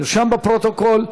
נרשם בפרוטוקול.